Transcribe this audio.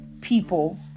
people